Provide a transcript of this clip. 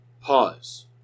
Pause